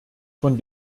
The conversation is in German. von